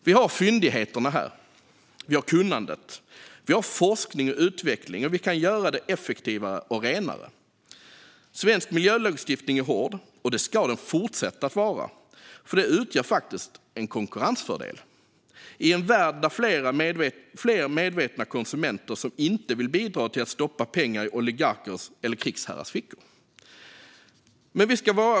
Vi har fyndigheterna här. Vi har kunnandet. Vi har forskning och utveckling, och vi kan göra det effektivare och renare. Svensk miljölagstiftning är hård. Det ska den fortsätta att vara, för det utgör en konkurrensfördel i en värld där fler medvetna konsumenter inte vill bidra till att stoppa pengar i oligarkers eller krigsherrars fickor.